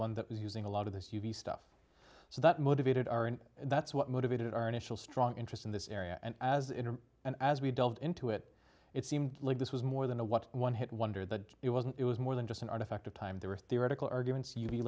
one that was using a lot of this u v stuff so that motivated our and that's what motivated our initial strong interest in this area and as and as we delved into it it seemed like this was more than a what one hit wonder that it wasn't it was more than just an artifact of time there were theoretical arguments